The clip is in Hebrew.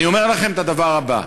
אני אומר לכם את הדבר הבא: